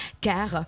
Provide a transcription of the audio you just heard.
Car